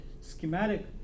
schematic